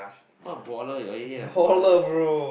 what a baller your head lah baller